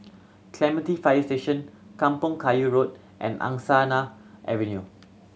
Clementi Fire Station Kampong Kayu Road and Angsana Avenue